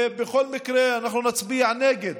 ובכל מקרה אנחנו נצביע נגד.